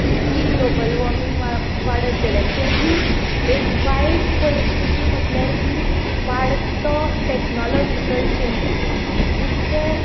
इतकी global warming वाड वाडत गेल्या तेची एक वायट परिस्थिती म्हळ्यार की वाडटो टॅक्नोलाॅजीकल चेंजीस जितके